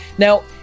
Now